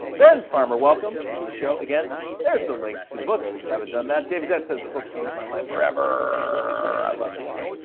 ben farmer, welcome to the show again. there's the link to the book if you haven't done that. david's that says the book changed my life forever. i love it, man.